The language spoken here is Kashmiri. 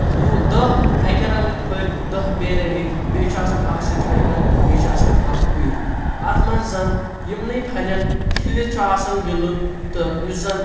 وُہ دٔہ اکہِ رنگٕکۍ پھٔلۍ دٔہ بییٚہِ رنگٕکۍ پھٔلۍ بییٚہِ چھُ آسان اکھ سٹرایکر بییٚہِ چھِ آسان اکھ کُیِن اتھ منٛز زن یِمنٕے پھلٮ۪ن ٹھِلِتھ چھُ آسان گنٛدُن تہٕ یُس زن